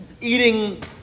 eating